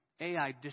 Ai